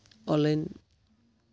online